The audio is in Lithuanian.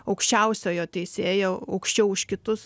aukščiausiojo teisėjo aukščiau už kitus